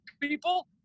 people